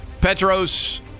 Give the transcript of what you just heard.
petros